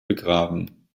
begraben